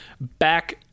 back